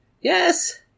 yes